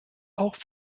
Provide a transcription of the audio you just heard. auch